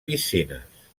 piscines